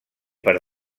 per